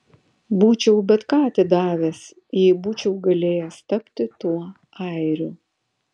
būčiau bet ką atidavęs jei būčiau galėjęs tapti tuo airiu